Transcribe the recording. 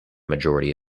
majority